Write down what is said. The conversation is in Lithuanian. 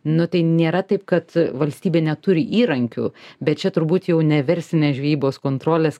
nu tai nėra taip kad valstybė neturi įrankių bet čia turbūt jau ne verslinė žvejybos kontrolės